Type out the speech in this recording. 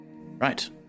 Right